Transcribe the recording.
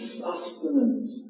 sustenance